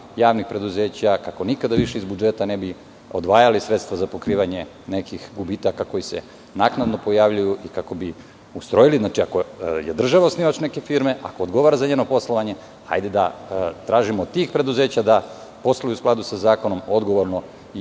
javnih preduzeća, kako nikada više iz budžeta ne bi izdvajali sredstva za pokrivanje nekih gubitaka koji se naknadno pojavljuju i kako bi ustrojili... Ako je država osnivač neke firme, ako odgovara za njeno poslovanje, hajde da tražimo od tih preduzeća da posluju u skladu sa zakonom, odgovorno i